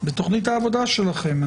בתוכנית העבודה שלכם?